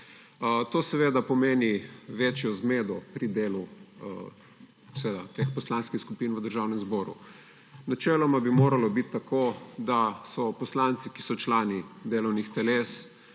To seveda pomeni večjo zmedo pri delu teh poslanskih skupin v Državnem zboru. Načeloma bi moralo biti tako, da so poslanci, ki so člani delovnih teles,